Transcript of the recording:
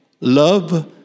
love